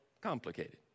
complicated